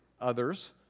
others